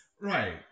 Right